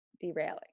derailing